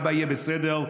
אבא יהיה בסדר,